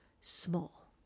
small